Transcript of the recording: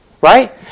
right